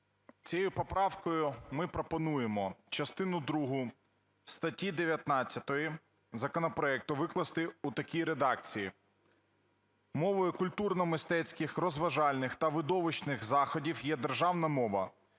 Цією поправкою ми пропонуємо частину другу статті 19 законопроекту викласти в такій редакції: "Мовою культурно-мистецьких, розважальних та видовищних заходів є державна мова.